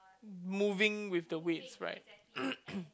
moving with the weights right